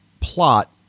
plot